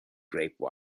grape